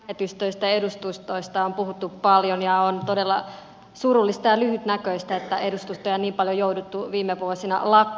lähetystöistä edustustoista on puhuttu paljon ja on todella surullista ja lyhytnäköistä että edustustoja on niin paljon jouduttu viime vuosina lakkauttamaan